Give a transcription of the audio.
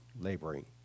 laboring